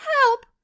Help